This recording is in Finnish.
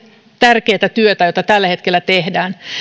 tärkeätä työtä jota tällä hetkellä tehdään